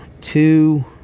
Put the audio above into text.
two